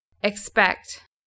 Expect